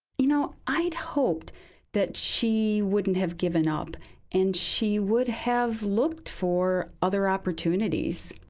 you know i'd hoped that she wouldn't have given up and she would have looked for other opportunities.